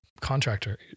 Contractor